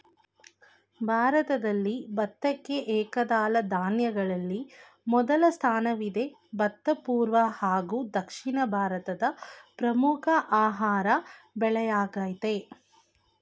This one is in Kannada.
ಭಾರತದಲ್ಲಿ ಭತ್ತಕ್ಕೆ ಏಕದಳ ಧಾನ್ಯಗಳಲ್ಲಿ ಮೊದಲ ಸ್ಥಾನವಿದೆ ಭತ್ತ ಪೂರ್ವ ಹಾಗೂ ದಕ್ಷಿಣ ಭಾರತದ ಪ್ರಮುಖ ಆಹಾರ ಬೆಳೆಯಾಗಯ್ತೆ